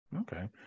Okay